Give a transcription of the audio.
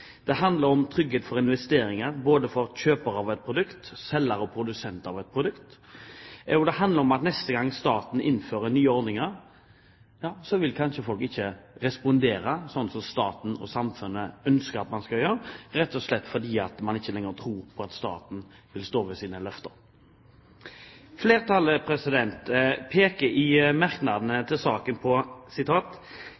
Det handler om trygghet for investeringer, både for kjøpere av et produkt og selgere og produsenter av et produkt. Det handler om at neste gang staten innfører nye ordninger, vil kanskje folk ikke respondere sånn som staten og samfunnet ønsker at man skal gjøre, rett og slett fordi man ikke lenger tror på at staten vil stå ved sine løfter. Flertallet peker i merknadene